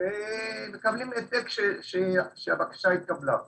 ומקבלים העתק שהבקשה התקבלה.